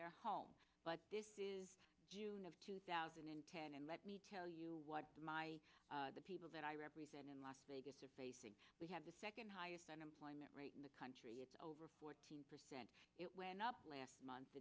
their homes but june of two thousand and ten and let me tell you what my the people that i represent in las vegas are facing we have the second highest unemployment rate in the country it's over fourteen percent it went up last month